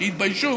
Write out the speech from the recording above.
שיתביישו,